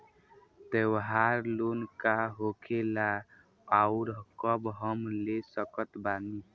त्योहार लोन का होखेला आउर कब हम ले सकत बानी?